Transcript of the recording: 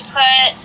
put